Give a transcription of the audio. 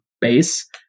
base